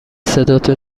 صداتو